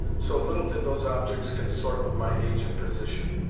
so little did those objects consort with my age and position.